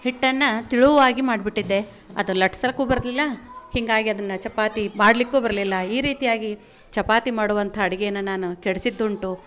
ಹಿಟ್ಟನ್ನು ತಿಳುವಾಗಿ ಮಾಡಿಬಿಟ್ಟಿದ್ದೆ ಅದು ಲಟ್ಸೋಕ್ಕೂ ಬರಲಿಲ್ಲ ಹೀಗಾಗಿ ಅದನ್ನು ಚಪಾತಿ ಮಾಡ್ಲಿಕ್ಕೂ ಬರಲಿಲ್ಲ ಈ ರೀತಿಯಾಗಿ ಚಪಾತಿ ಮಾಡುವಂಥ ಅಡುಗೆನ ನಾನು ಕೆಡ್ಸಿದ್ದು ಉಂಟು